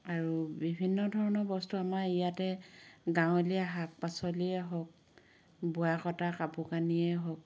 আৰু বিভিন্ন ধৰণৰ বস্তু আমাৰ ইয়াতে গাঁৱলীয়া শাক পাচলিয়ে হওক বোৱা কটা কাপোৰ কানিয়েই হওক